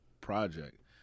project